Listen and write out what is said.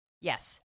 Yes